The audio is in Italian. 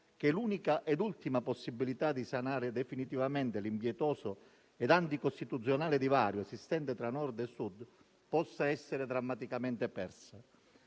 che l'unica e ultima possibilità di sanare definitivamente l'impietoso e anticostituzionale divario esistente tra Nord e Sud possa essere drammaticamente persa.